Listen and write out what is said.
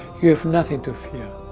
you have nothing to fear.